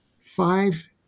five